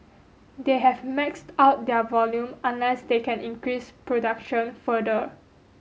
they have max out their volume unless they can increase production further